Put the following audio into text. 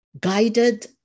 guided